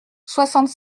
soixante